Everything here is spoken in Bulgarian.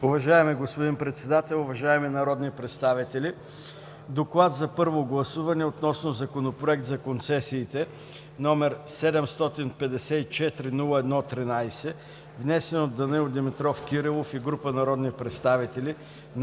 Уважаеми господин Председател, уважаеми народни представители! „ДОКЛАД за първо гласуване относно Законопроект за концесиите, № 754-01-13, внесен от Данаил Димитров Кирилов и група народни представители на